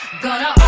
Gonna-